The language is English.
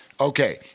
Okay